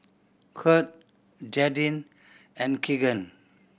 Kurt Jadyn and Keagan